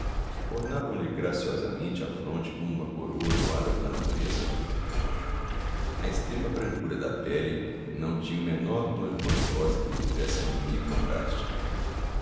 ornavam lhe graciosamente a fronte como uma coroa doada pela natureza a extrema brancura da pele não tinha o menor tom cor-de-rosa que lhe fizesse harmonia e contraste